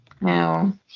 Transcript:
No